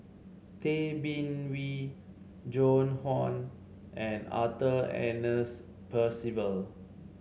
Tay Bin Wee Joan Hon and Arthur Ernest Percival